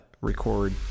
record